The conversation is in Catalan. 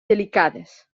delicades